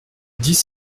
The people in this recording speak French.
dix